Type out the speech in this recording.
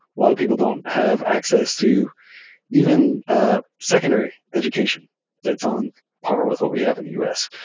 a lot of people don't have access to even a secondary education that's on par with what we have in the u s.